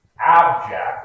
abject